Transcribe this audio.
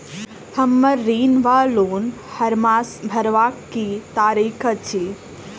हम्मर ऋण वा लोन हरमास भरवाक की तारीख अछि?